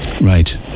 Right